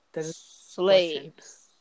slaves